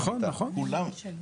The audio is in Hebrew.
נכון, נכון.